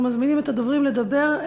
אנחנו מזמינים את הדוברים לדבר.